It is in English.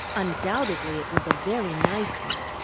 undoubtedly it was a very nice one.